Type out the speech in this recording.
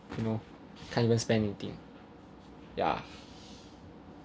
you know can't even spend anything yeah